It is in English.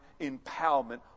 empowerment